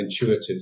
intuitive